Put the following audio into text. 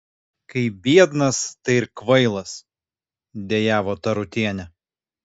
kai biednas tai ir kvailas dejavo tarutienė